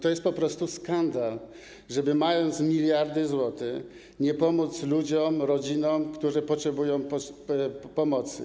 To jest po prostu skandal, żeby mając miliardy złotych, nie pomóc ludziom, rodzinom, którzy potrzebują pomocy.